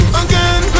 again